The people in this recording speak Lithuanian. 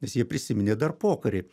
nes jie prisiminė dar pokarį